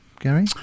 gary